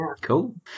cool